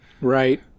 Right